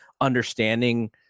understanding